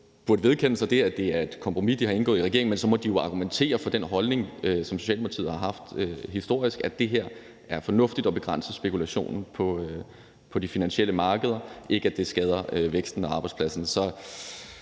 burde vedkende sig, at det er et kompromis, de har indgået i regeringen, og så må de jo argumentere for den holdning, som Socialdemokratiet har haft historisk, nemlig at det er fornuftigt at begrænse spekulationen på de finansielle markeder og ikke, at det skader væksten og antallet